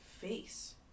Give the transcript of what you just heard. face